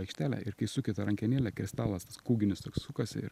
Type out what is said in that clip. aikštelė ir kai suki tą rankenėlę kristalas tas kūginis toks sukasi ir